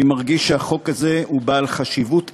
אני מרגיש שהחוק הזה הוא בעל חשיבות עליונה,